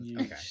Okay